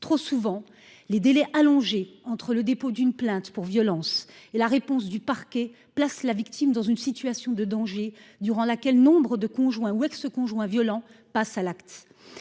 trop souvent les délais allongés entre le dépôt d'une plainte pour violences et la réponse du parquet place la victime dans une situation de danger durant laquelle nombre de conjoints ou ex-conjoints violents passent à l'acte.